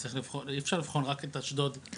אי אפשר לבחון רק את אשדוד.